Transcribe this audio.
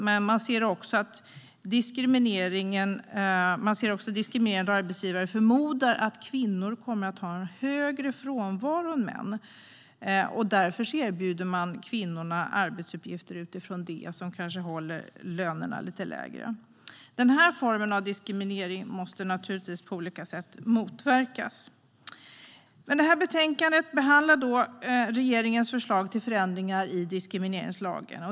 Men man ser också diskriminering då arbetsgivare förmodar att kvinnor kommer att ha högre frånvaro än män och därför erbjuder kvinnor arbetsuppgifter utifrån det, vilket kanske håller lönerna på en lägre nivå. Denna form av diskriminering måste naturligtvis motverkas på olika sätt. I det här betänkandet behandlas regeringens förslag till förändringar i diskrimineringslagen.